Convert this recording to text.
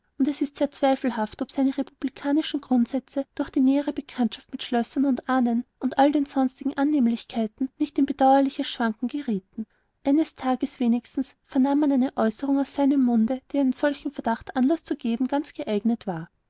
es ist sehr zweifelhaft ob seine republikanischen grundsätze durch die nähere bekanntschaft mit schlössern und ahnen und all den sonstigen annehmlichkeiten nicht in ein bedauerliches schwanken gerieten eines tages wenigstens vernahm man eine aeußerung aus seinem munde die zu solchem verdacht anlaß zu geben ganz geeignet war